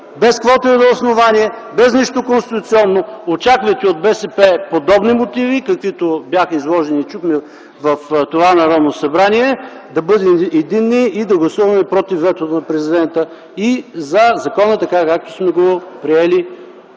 без каквото и да е основание, без нищо конституционно. (Шум и реплики.) Очаквайте от БСП подобни мотиви, каквито бяха изложени тук, в това Народно събрание. Да бъдем единни и да гласуваме против ветото на президента и за закона, така както сме го приели